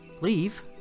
Leave